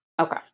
Okay